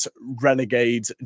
Renegade